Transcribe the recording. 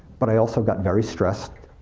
but i also got very stressed,